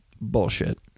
bullshit